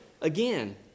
again